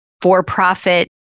for-profit